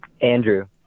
Andrew